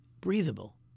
breathable